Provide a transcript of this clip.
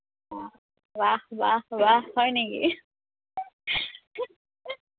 বাহ বাহ বাহ হয় নেকি